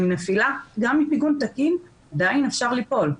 מנפילה גם מפיגום תקין עדיין אפשר ליפול.